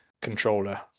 controller